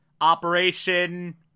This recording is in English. Operation